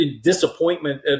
disappointment